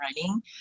running